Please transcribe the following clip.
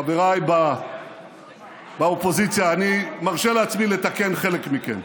חבריי באופוזיציה, אני מרשה לעצמי לתקן חלק מכם,